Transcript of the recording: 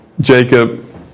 Jacob